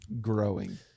growing